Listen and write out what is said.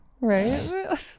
right